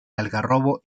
algarrobo